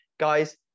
Guys